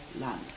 land